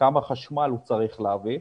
כמה חשמל הוא צריך להביא.